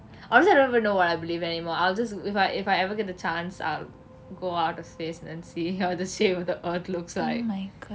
honestly I don't even know what I believe anymore I'll just if I if I ever get the chance I'll go outer space and then see how the shape of the earth looks like